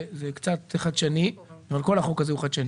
זה קצת חדשני אמנם כל החוק הזה הוא חדשני,